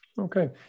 Okay